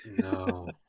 No